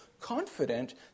confident